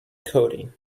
coding